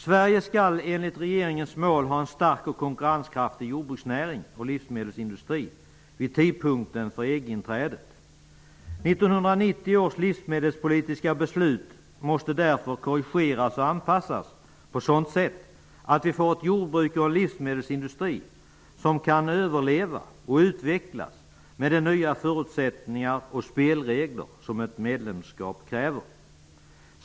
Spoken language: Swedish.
Sverige skall, enligt regeringens mål, ha en stark och konkurrenskraftig jordbruksnäring och livsmedelsindustri vid tidpunkten för EG-inträdet. 1990 års livsmedelspolitiska beslut måste därför korrigeras och anpassas på ett sådant sätt att vi får ett jordbruk och en livsmedelsindustri som kan överleva och utvecklas med de nya förutsättningar och spelregler som ett medlemskap kräver.